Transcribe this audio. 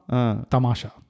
Tamasha